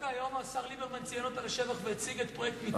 דווקא היום השר ליברמן ציין אותה לשבח והציג את פרויקט מיתוג ישראל,